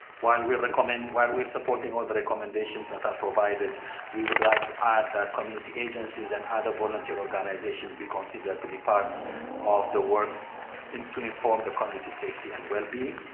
while we recommend while we're supporting all the recommendations that are provided we would like to add that community agencies and other volunteer organization be considered to be part of the work to inform the community safety and well-being.